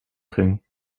ging